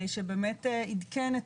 שבאמת עדכן את